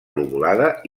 lobulada